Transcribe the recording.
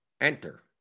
Enter